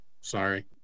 Sorry